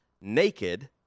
naked